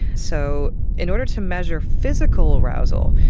so in order to measure physical arousal,